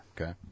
Okay